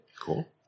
Cool